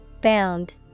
Bound